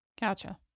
Gotcha